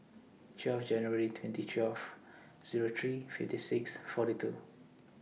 twelve January twenty twelve Zero three fifty six forty two